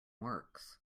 works